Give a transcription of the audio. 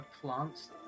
plants